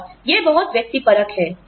और यह बहुत व्यक्तिपरक है